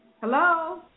Hello